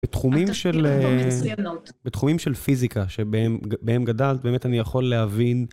בתחומים של, בתחומים של פיזיקה שבהם בהם גדלת באמת אני יכול להבין.